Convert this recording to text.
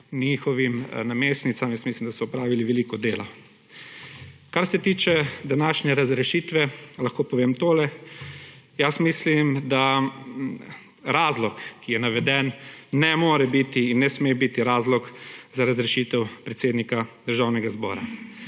njihovim namestnicam, jaz mislim, da so opravili veliko dela. Kar se tiče današnje razrešitve, lahko povem tole. Jaz mislim, da razlog, ki je naveden, ne more biti in ne sme biti razlog za razrešitev predsednika Državnega zbora.